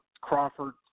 Crawford